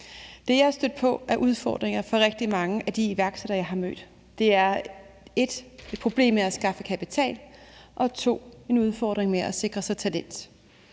Det, jeg er stødt på af udfordringer hos rigtig mange af de iværksætter, jeg har mødt, er for det første et problem med at skaffe kapital og for det andet udfordringer med at sikre sig talent.